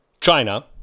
China